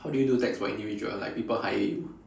how do you do tax for individual like people hire you